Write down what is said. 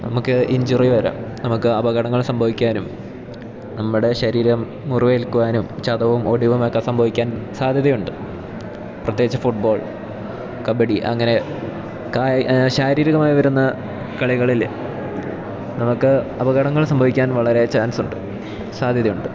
നമുക്ക് ഇഞ്ചുറി വരാം നമുക്ക് അപകടങ്ങൾ സംഭവിക്കാനും നമ്മടെ ശരീരം മുറിവേൽക്കുവാനും ചതവും ഓടിവുമൊക്കെ സംഭവിക്കാൻ സാധ്യതയുണ്ട് പ്രത്യേകിച്ച് ഫുട് ബോൾ കബഡി അങ്ങനെ ശാരീരികമായി വരുന്ന കളികളില് നമുക്ക് അപകടങ്ങൾ സംഭവിക്കാൻ വളരെ ചാൻസുണ്ട് സാധ്യതയുണ്ട്